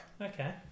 Okay